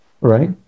right